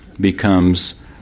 becomes